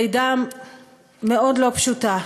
לידה מאוד לא פשוטה,